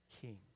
king